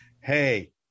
Hey